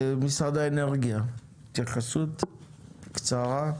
משרד האנרגיה, התייחסות קצרה.